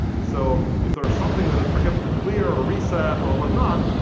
so if there's something that it forgets to clear or reset or whatnot,